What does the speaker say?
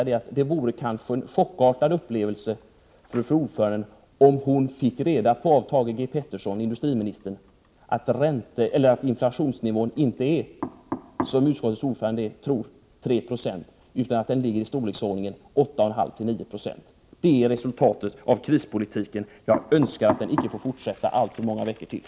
Det vore kanske en chockartad upplevelse för fru ordföranden om hon av industriminister Thage G. Peterson fick reda på att inflationsnivån inte, som utskottets ordförande tror, är 3 96, utan i storleksordningen 8,5-9 96. Detta är resultatet av krispolitiken. Jag önskar att den icke får fortsätta alltför många veckor till.